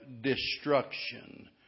destruction